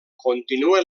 continua